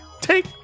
Take